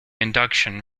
induction